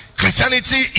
christianity